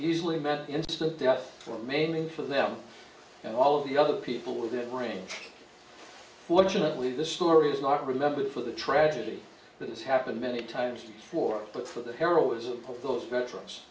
easily met him to death or mainly for them and all of the other people within range legitimately this story is not remembered for the tragedy that has happened many times before but for the heroism of those veterans